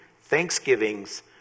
thanksgivings